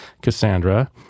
Cassandra